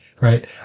right